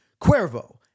Cuervo